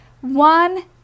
One